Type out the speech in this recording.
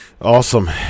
awesome